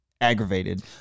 aggravated